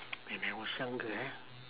when I was younger